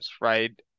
right